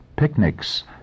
picnics